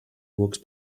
walks